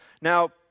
Now